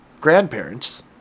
grandparents